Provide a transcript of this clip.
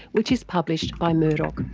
which is published by murdoch.